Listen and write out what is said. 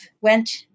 went